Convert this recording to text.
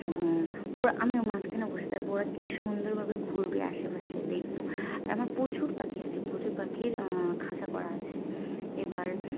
ওরা আমি ও মাঝখানে বসে থাকি ওরা কী সুন্দরভাবে ঘুরবে আশেপাশে দেখব আর আমার প্রচুর পাখি আছে প্রচুর পাখির খাঁচা করা আছে এবার